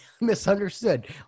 misunderstood